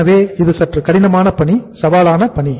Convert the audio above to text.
எனவே இது சற்று கடினமான பணி சவாலான பணி